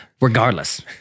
regardless